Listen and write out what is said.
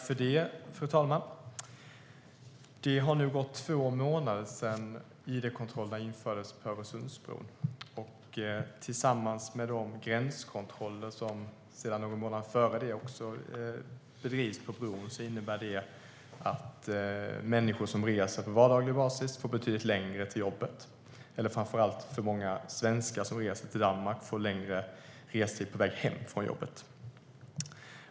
Fru talman! Det har nu gått två månader sedan id-kontrollerna infördes på Öresundsbron. Tillsammans med de gränskontroller som sedan tidigare bedrivs på bron innebär det att människor som reser på vardaglig basis får betydligt längre restid till jobbet. Framför allt får många svenskar som reser till Danmark längre restid på väg hem från jobbet.